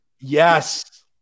Yes